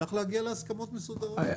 צריך להגיע להסכמות מסודרות.